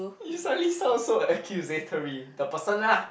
you suddenly sound so accusatory the person lah